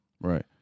Right